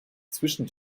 zwischen